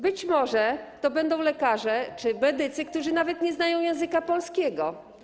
Być może to będą lekarze czy medycy, którzy nawet nie znają języka polskiego.